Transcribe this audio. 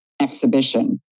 exhibition